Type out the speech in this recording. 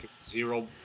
zero